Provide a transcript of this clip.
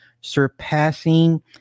surpassing